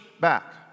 back